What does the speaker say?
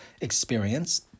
experience